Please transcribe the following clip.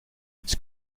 its